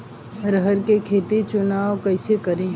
अरहर के खेत के चुनाव कईसे करी?